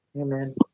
Amen